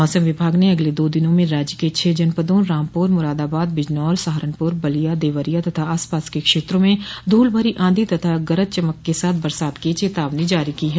मौसम विभाग ने अगले दो दिनों में राज्य के छह जनपदों रामपुर मुरादाबाद बिजनौर सहारनपुर बलिया देवरिया तथा आसपास के क्षेत्रों में धूल भरी आंधी तथा गरज चमक के साथ बरसात की चेतावनी जारी की है